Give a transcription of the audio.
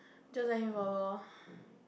just like in follow lor